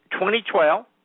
2012